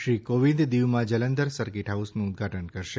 શ્રી કોંવિદે દીવમાં જલંધર સર્કિટ હાઉસનું ઉદધાટન કરશે